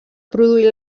produir